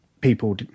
people